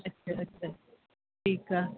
अछा अछा ठीकु आहे